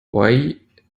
why